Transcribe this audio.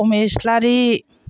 अमे इस्लारि